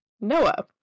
Noah